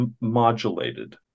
modulated